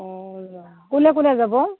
অ' কোনে কোনে যাব